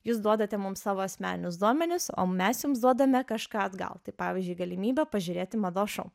jūs duodate mums savo asmeninius duomenis o mes jums duodame kažką atgal tai pavyzdžiui galimybę pažiūrėti mados šou